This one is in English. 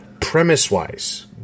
Premise-wise